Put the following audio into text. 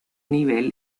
nivel